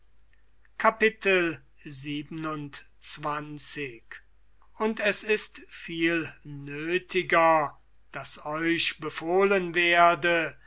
x und es ist viel nöthiger daß euch befohlen werde